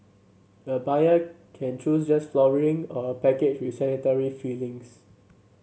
a buyer can choose just flooring or a package with sanitary fittings